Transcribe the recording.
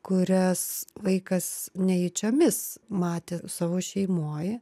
kurias vaikas nejučiomis matė savo šeimoj